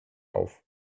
auf